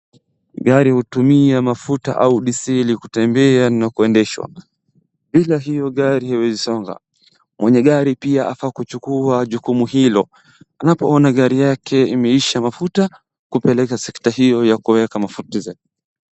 Gari hutumia mafuta ama diesel kutembea na kuendeshwa. Bila hio gari haiwezi songa. Mwenye gari pia afaa kuchukua jukumu hilo anapoona gari yake imeisha mafuta kupeleka sector hio ya kuweka mafuta.